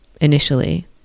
initially